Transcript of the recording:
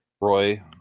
Roy